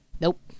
Nope